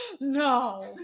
No